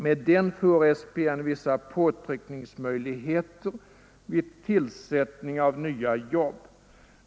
Med den får SPN vissa påtryckningsmöjligheter vid tillsättning av nya jobb.